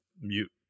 mute